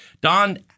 Don